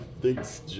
Thanks